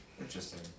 interesting